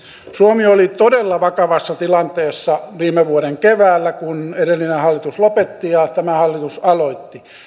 suomi oli todella vakavassa tilanteessa viime vuoden keväällä kun edellinen hallitus lopetti ja tämä hallitus aloitti